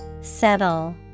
Settle